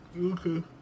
Okay